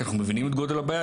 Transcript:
כי אנחנו מבינים את גודל הבעיה,